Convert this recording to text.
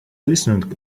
listened